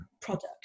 product